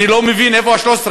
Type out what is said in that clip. אני לא מבין איפה ה-13.